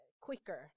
quicker